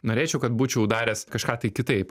norėčiau kad būčiau daręs kažką tai kitaip